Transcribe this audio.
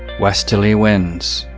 westerly winds.